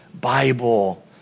Bible